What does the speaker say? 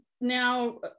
now